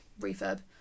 refurb